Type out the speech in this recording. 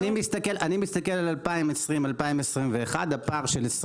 אני מסתכל על 2020-2021. הפער של 20